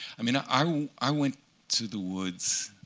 i mean i i went to the woods